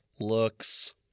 looks